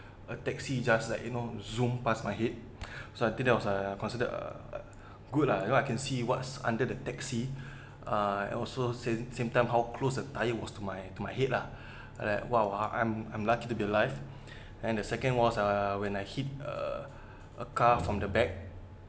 a taxi just like you know zoom past my head so I think that was uh considered uh uh good lah you know I can see what's under the taxi uh and also same same time how close a tyre was to my to my head lah like wha~ I'm I'm lucky to be alive and the second was uh when I hit uh a car from the back